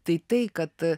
tai tai kad